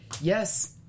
Yes